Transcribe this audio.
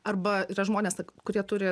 arba yra žmonės kurie turi